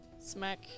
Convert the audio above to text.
smack